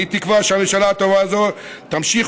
אני תקווה שהממשלה הטובה הזאת תמשיך